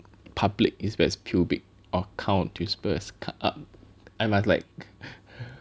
public he spell as pubic or count you spell as cut up I must like